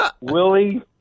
Willie